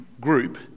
group